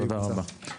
תודה רבה.